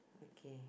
okay